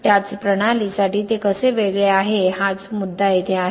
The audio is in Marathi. त्याच प्रणालीसाठी ते कसे वेगळे आहे हाच मुद्दा येथे आहे